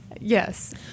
Yes